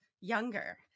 younger